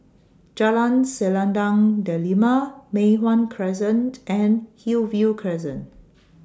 Jalan Selendang Delima Mei Hwan Crescent and Hillview Crescent